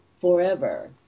forever